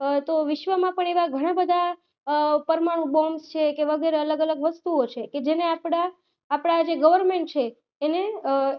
તો વિશ્વમાં પણ એવા ઘણા બધા પરમાણું બોમ્બસ છે કે વગેરે અલગ અલગ વસ્તુઓ છે જેને આપણા આપણા જે ગવર્નમેન્ટ છે એને